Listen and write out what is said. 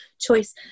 choice